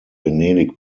venedig